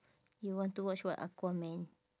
you want to watch what aquaman